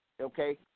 okay